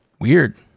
Weird